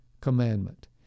commandment